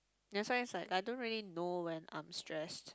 that's why is like I don't really know when I am stress